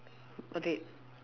okay